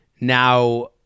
now